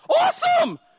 awesome